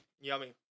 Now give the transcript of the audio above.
Yummy